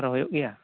ᱟᱨᱚ ᱦᱩᱭᱩᱜ ᱜᱮᱭᱟ